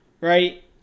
Right